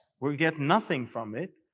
we get nothing from it,